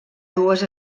dues